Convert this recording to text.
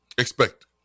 expect